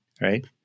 right